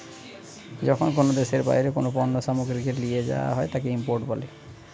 যখন কোনো দেশের বাইরে কোনো পণ্য সামগ্রীকে লিয়ে যায়া হয় তাকে ইম্পোর্ট বলে